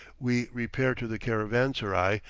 we repair to the caravanserai,